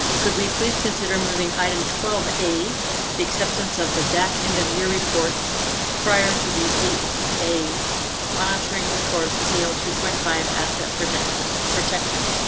could we please consider moving item twelve a the acceptance of the deck end of year report prior to the eight a monitoring record for l two point five asset predict protection.